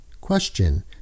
Question